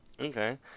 Okay